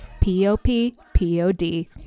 P-O-P-P-O-D